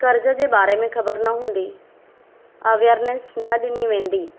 कर्ज़ जे बारे में ख़बर न हूंदी अवेरनेस न ॾिनी वेंदी